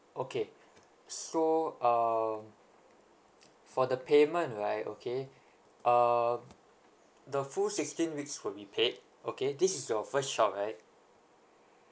okay so um for the payment right okay um the full sixteen weeks will be paid okay this is your first child right